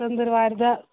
ژٔنٛدر وارِ دۄہ